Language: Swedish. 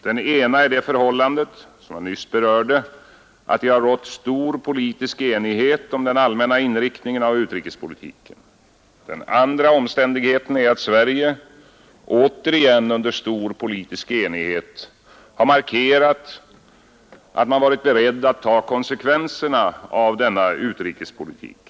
Den ena är det förhållandet — som jag nyss berörde — att det har rått stor politisk enighet om den allmänna inriktningen av utrikespolitiken. Den andra omständigheten är att Sverige — återigen under stor politisk enighet — har markerat att man varit beredd att ta konsekvenserna av denna utrikespolitik.